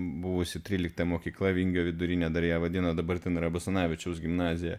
buvusi trylikta mokykla vingio vidurinė dar ją vadina dabar ten yra basanavičiaus gimnazija